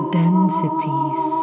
densities